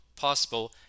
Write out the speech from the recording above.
possible